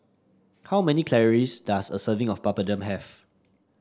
how many calories does a serving of Papadum have